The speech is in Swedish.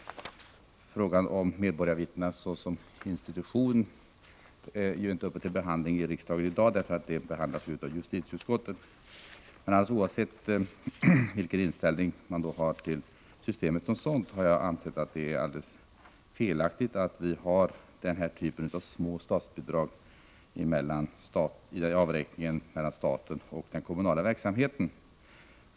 Frågan om medborgarvittnena såsom institution är ju inte uppe till behandling i riksdagen i dag — den behandlas av justitieutskottet — men alldeles oavsett vilken inställning man har till systemet som sådant, anser jag att det är felaktigt att ha denna typ av små statsbidrag i avräkningen mellan statlig och kommunal verksamhet.